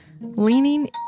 leaning